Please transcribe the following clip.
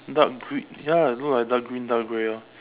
dark gree~ ya look like dark green dark grey orh